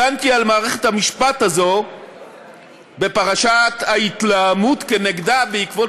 הגנתי על מערכת המשפט הזו בפרשת ההתלהמות כנגדה בעקבות